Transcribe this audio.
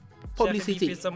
Publicity